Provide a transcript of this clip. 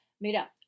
Mira